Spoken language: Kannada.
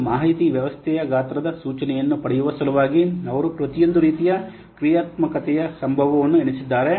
ಮತ್ತು ಮಾಹಿತಿ ವ್ಯವಸ್ಥೆಯ ಗಾತ್ರದ ಸೂಚನೆಯನ್ನು ಪಡೆಯುವ ಸಲುವಾಗಿ ಅವರು ಪ್ರತಿಯೊಂದು ರೀತಿಯ ಕ್ರಿಯಾತ್ಮಕತೆಯ ಸಂಭವವನ್ನು ಎಣಿಸಿದ್ದಾರೆ